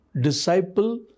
disciple